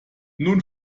nun